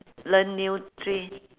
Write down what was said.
learn new three